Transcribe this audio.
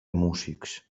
músics